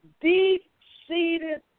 deep-seated